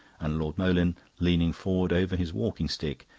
and lord moleyn, leaning forward over his walking-stick,